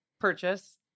purchase